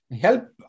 help